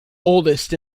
oldest